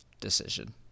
decision